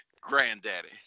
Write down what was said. granddaddy